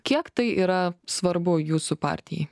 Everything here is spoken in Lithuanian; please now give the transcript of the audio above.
kiek tai yra svarbu jūsų partijai